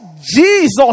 Jesus